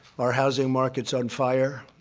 our housing market is on fire,